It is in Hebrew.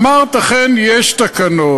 אמרת: אכן, יש תקנות.